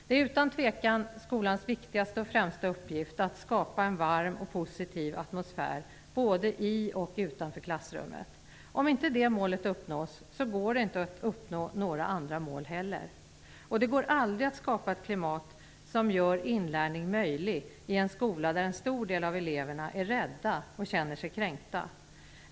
Det är utan tvivel skolans viktigaste och främsta uppgift att skapa en varm och positiv atmosfär både i och utanför klassrummet. Om inte det målet uppnås går det inte att uppnå några andra mål heller. Det går aldrig att skapa ett klimat som gör inlärning möjlig i en skola där en stor del av eleverna är rädda och känner sig kränkta.